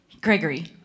Gregory